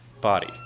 body